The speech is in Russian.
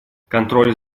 контроль